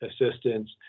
assistance